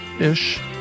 ish